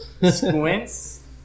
Squints